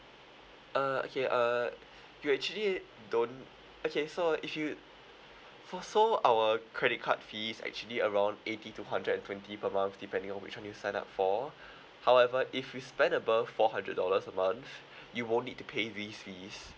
uh okay uh you actually don't okay so if you for so our credit card fees actually around eighty to hundred and twenty per month depending on which one you sign up for however if you spend above four hundred dollars a month you won't need to pay these fees